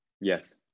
Yes